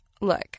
look